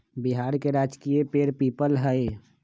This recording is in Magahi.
बिहार के राजकीय पेड़ पीपल हई